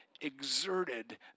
exerted